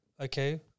okay